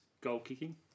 goal-kicking